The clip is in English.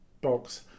box